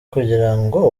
kugirango